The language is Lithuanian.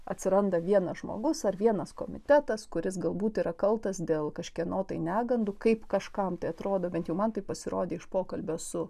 atsiranda vienas žmogus ar vienas komitetas kuris galbūt yra kaltas dėl kažkieno tai negandų kaip kažkam tai atrodo bent jau man taip pasirodė iš pokalbio su